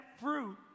fruit